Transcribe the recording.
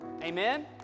Amen